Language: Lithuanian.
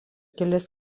kelias